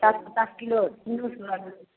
कै टका किलो किलो से बाजू